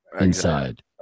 inside